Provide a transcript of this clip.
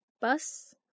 bus